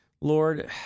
Lord